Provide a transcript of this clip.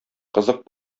кызык